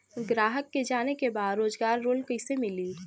ग्राहक के जाने के बा रोजगार लोन कईसे मिली?